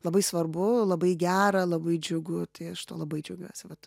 labai svarbu labai gera labai džiugu tai aš tuo labai džiaugiuosi vat